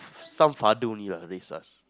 some father only lah raise us